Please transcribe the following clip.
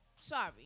Sorry